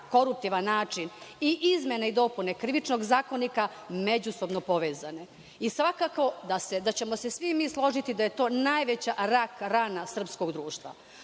koruptivan način i izmene i dopune Krivičnog zakonika međusobno povezane i svakako da ćemo se svi mi složiti da je to najveća rak-rana srpskog društva.